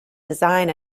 design